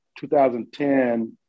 2010